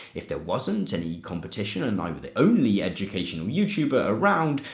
if there wasn't any competition and i were the only educational youtuber around,